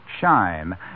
shine